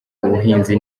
ubuhinzi